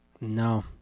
No